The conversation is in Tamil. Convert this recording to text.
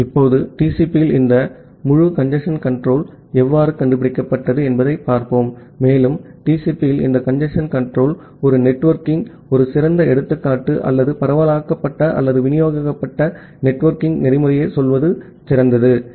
இப்போது TCP யில் இந்த முழு கஞ்சேஸ்ன் கன்ட்ரோல் எவ்வாறு கண்டுபிடிக்கப்பட்டது என்பதைப் பார்ப்போம் மேலும் TCP யில் இந்த கஞ்சேஸ்ன் கன்ட்ரோல் ஒரு நெட்வொர்க்கிங் ஒரு சிறந்த எடுத்துக்காட்டு அல்லது பரவலாக்கப்பட்ட அல்லது விநியோகிக்கப்பட்ட நெட்வொர்க்கிங் புரோட்டோகால்யைச் சொல்வது சிறந்தது ஆகும்